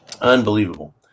Unbelievable